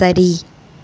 சரி